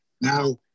Now